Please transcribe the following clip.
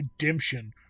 Redemption